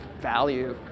value